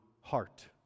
heart